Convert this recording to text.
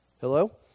Hello